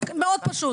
מאוד פשוט.